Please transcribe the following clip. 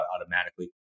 automatically